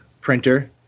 printer